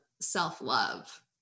self-love